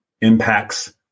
impacts